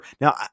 Now